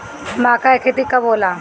माका के खेती कब होला?